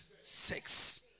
sex